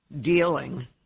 dealing